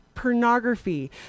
pornography